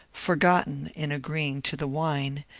forgotten in agreeing to the wine,